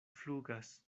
flugas